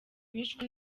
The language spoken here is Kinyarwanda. bishwe